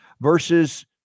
Versus